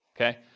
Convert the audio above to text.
okay